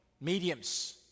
mediums